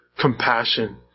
compassion